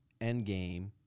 Endgame